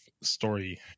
story